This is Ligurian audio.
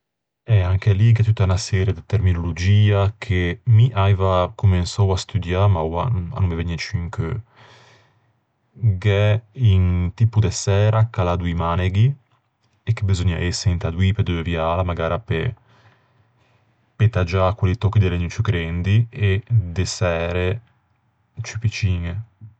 Eh, anche lì gh'é tutta unna serie de terminologia che mi aiva comensou à studiâ ma oua a no me vëgne ciù in cheu. Gh'é un tipo de særa ch'a l'à doî maneghi e che beseugna ëse inta doî pe deuviâla, magara pe-pe taggiâ quelli tòcchi de legno ciù grendi, e de sære ciù picciñe.